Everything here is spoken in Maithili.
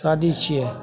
शादी छियै